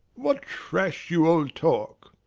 what trash you all talk!